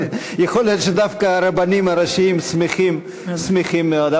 אבל יכול להיות שדווקא הרבנים הראשיים שמחים מאוד.